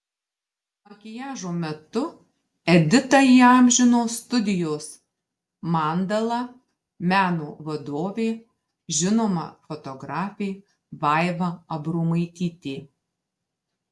makiažo metu editą įamžino studijos mandala meno vadovė žinoma fotografė vaiva abromaitytė